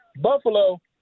Buffalo